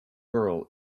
girl